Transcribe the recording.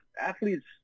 athletes